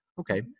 Okay